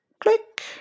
click